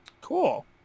cool